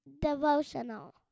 devotional